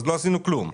אז לא עשינו כלום.